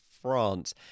France